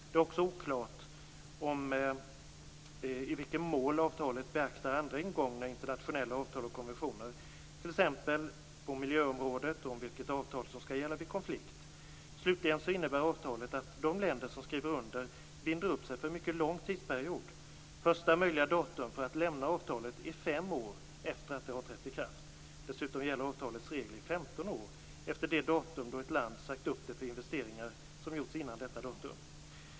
Det är också oklart i vilken mån avtalet beaktar andra ingånga internationella avtal och konventioner, t.ex. om vilket avtal som skall gälla vid konflikt på miljöområdet. Slutligen innebär avtalet att de länder som skriver under binder upp sig för en mycket lång tidsperiod. Första möjliga datum för att lämna avtalet är fem år efter det att det har trätt i kraft. Dessutom gäller avtalets regler i femton år efter det datum då ett land har sagt upp det, för investeringar som gjorts före detta datum.